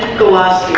glass